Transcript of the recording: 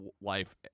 life